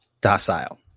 docile